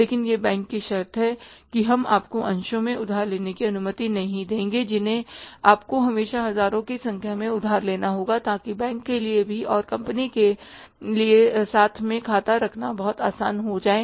लेकिन यह बैंक की शर्त है कि हम आपको अंशों में उधार लेने की अनुमति नहीं देंगे जिन्हें आपको हमेशा हजारों की संख्या में उधार लेना होगा ताकि बैंक के लिए भी और कंपनी के लिए साथ में खाता रखना बहुत ही आसान हो जाए